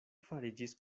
fariĝis